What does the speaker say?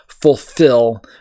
fulfill